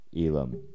Elam